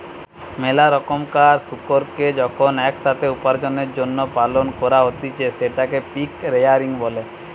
মেলা রোকমকার শুকুরকে যখন এক সাথে উপার্জনের জন্য পালন করা হতিছে সেটকে পিগ রেয়ারিং বলে